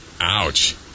Ouch